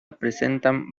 presentan